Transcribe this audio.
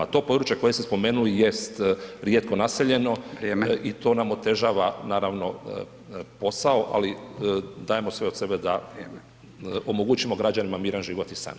To područje koje ste spomenuli jest rijetko naseljeno i to nam otežava naravno posao ali dajemo sve od sebe da omogućimo građanima miran život i san, hvala.